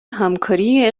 همکاری